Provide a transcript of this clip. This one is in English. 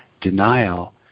denial